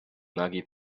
nagi